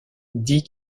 dit